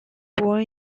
born